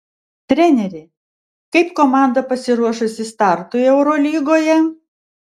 treneri kaip komanda pasiruošusi startui eurolygoje